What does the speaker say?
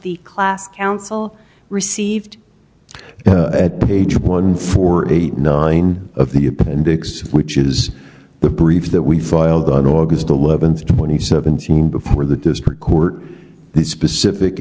the class counsel received at page one four eight nine of the appendix which is the brief that we filed on august eleventh twenty seventeen before the district court the specific